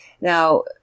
Now